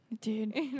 dude